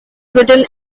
written